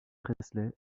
presley